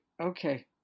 Okay